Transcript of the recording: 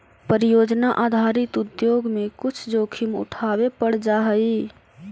परियोजना आधारित उद्योग में कुछ जोखिम उठावे पड़ जा हई